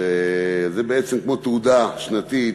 וזה בעצם כמו תעודה שנתית